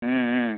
ம் ம்